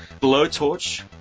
blowtorch